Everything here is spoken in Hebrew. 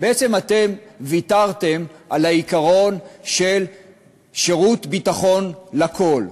בעצם אתם ויתרתם על העיקרון של שירות ביטחון לכול.